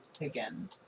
again